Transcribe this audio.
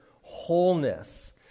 wholeness